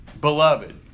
Beloved